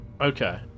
Okay